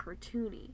cartoony